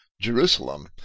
Jerusalem